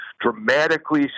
dramatically